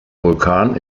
vulkan